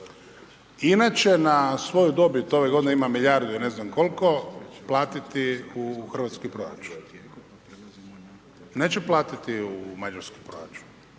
INA će na svoju dobit ove godine ima milijardu i ne znam koliko, platiti u hrvatski proračun. Neće platiti u mađarski proračun.